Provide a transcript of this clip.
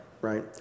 right